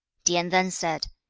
tien then said,